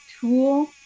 tool